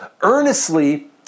Earnestly